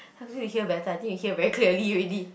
you hear better I think you hear very clearly already